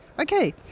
Okay